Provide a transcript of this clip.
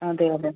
അതെ അതെ